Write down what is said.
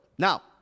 Now